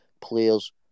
players